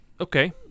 Okay